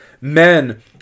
men